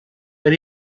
but